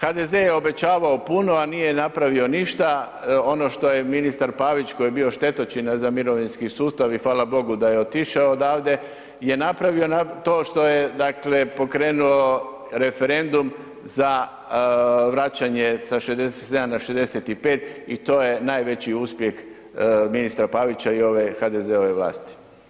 HDZ je obećavao puno, a nije napravio ništa ono što je ministar Pavić, koji je bio štetočina za mirovinski sustav i fala Bogu da je otišao odavde, je napravio to što je, dakle pokrenuo referendum za vraćanje sa 67 na 65 i to je najveći uspjeh ministra Pavića i ove HDZ-ove vlasti.